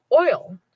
oil